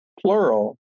plural